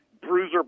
Bruiser